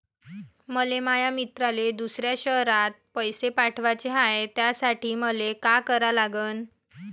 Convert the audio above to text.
मले माया मित्राले दुसऱ्या शयरात पैसे पाठवाचे हाय, त्यासाठी मले का करा लागन?